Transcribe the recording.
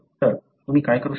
तर तुम्ही काय करू शकता